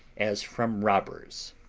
as from robbers.